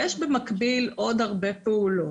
במקביל יש עוד הרבה פעולות.